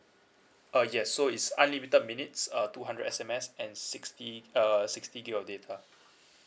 uh yes so it's unlimited minutes uh two hundred S_M_S and sixty uh sixty gig of data